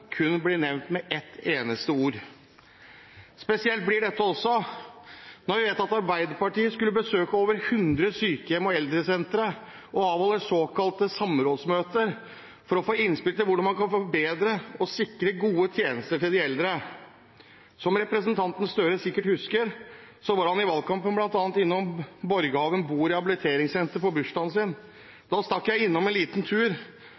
kun blir nevnt med ett eneste ord. Spesielt blir dette også når vi vet at Arbeiderpartiet skulle besøke over hundre sykehjem og eldresentre og avholde såkalte samrådsmøter for å få innspill til hvordan man kan forbedre og sikre gode tjenester til de eldre. Som representanten Gahr Støre sikkert husker, var han i valgkampen bl.a. innom Borgehaven bo- og rehabiliteringssenter på bursdagen sin. Da stakk jeg innom en liten tur